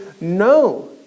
no